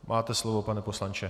Máte slovo, pane poslanče.